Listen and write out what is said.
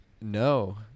no